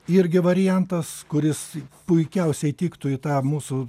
irgi variantas kuris puikiausiai tiktų į tą mūsų